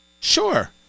Sure